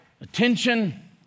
attention